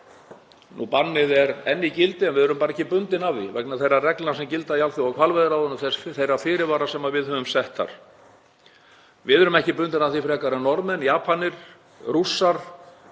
Bannið er enn í gildi en við erum bara ekki bundin af því vegna þeirra reglna sem gilda í Alþjóðahvalveiðiráðinu og þeirra fyrirvara sem við höfum sett þar. Við erum ekki bundin af því frekar en Norðmenn, Japanir og Rússar